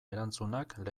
erantzunak